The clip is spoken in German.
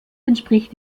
entspricht